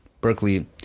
Berkeley